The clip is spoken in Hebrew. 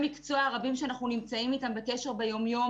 אנשי המקצוע הרבים שאנחנו נמצאים איתם בקשר ביום-יום